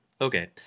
Okay